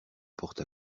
porte